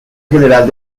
general